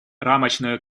рамочную